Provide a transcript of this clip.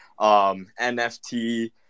NFT